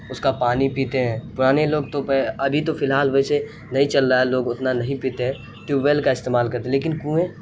اس کا پانی پیتے ہیں پرانے لوگ تو ابھی تو فی الحال ویسے نہیں چل رہا ہے لوگ اتنا نہیں پیتے ہیں ٹیوب ویل کا استعمال کرتے لیکن کنویں